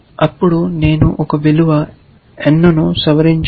అప్పుడు నేను ఒక విలువ n ను సవరించాను